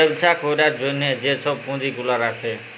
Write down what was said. ব্যবছা ক্যরার জ্যনহে যে ছব পুঁজি গুলা রাখে